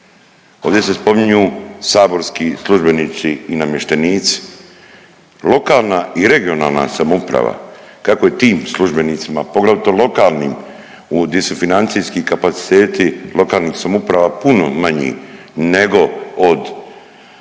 Ovdje se spominju saborski službenici i namještenici, lokalna i regionalna samouprava kako je tim službenicima, poglavito lokalnim di su financijski kapaciteti lokalnih samouprava puno manji nego od